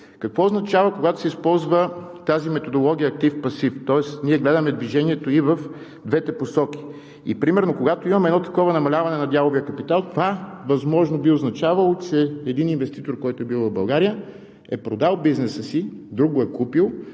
Какво означава, когато се използва тази методология актив – пасив, тоест гледаме движението и в двете посоки. Например, когато имаме такова намаляване на дяловия капитал, би означавало, че един инвеститор, който е бил в България, е продал бизнеса си, друг го е купил,